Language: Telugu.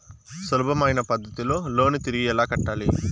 సులభమైన పద్ధతిలో లోను తిరిగి ఎలా కట్టాలి